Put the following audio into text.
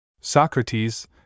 Socrates